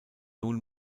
nun